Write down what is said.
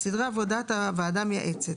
סדרי עבודת הוועדה המייעצת.